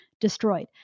destroyed